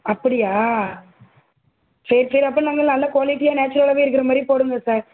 அப்படியா சரி சரி அப்போ நல்ல நல்ல க்வாலிட்டியாக நேச்சுரலாகவே இருக்கிற மாதிரியே போடுங்க சார்